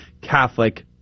Catholic